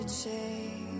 change